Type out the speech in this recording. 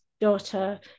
daughter